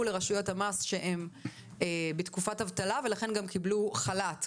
לרשויות המס שהם בתקופת אבטלה ולכן גם קיבלו חל"ת.